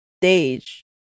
stage